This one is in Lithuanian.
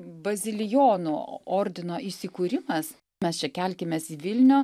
bazilijonų ordino įsikūrimas mes čia kelkimės į vilnių